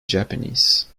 japanese